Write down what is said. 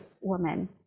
woman